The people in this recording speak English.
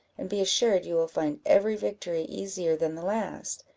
and be assured you will find every victory easier than the last.